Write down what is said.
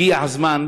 הגיע הזמן,